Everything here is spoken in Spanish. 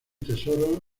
tesoro